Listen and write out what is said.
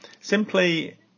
simply